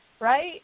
right